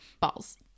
Balls